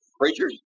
preachers